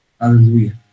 Hallelujah